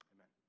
Amen